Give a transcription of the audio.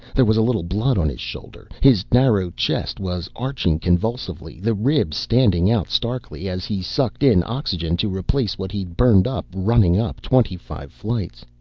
there was a little blood on his shoulder. his narrow chest was arching convulsively, the ribs standing out starkly, as he sucked in oxygen to replace what he'd burned up running up twenty flights.